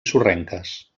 sorrenques